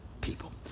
people